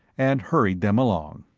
and hurried them along.